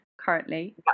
currently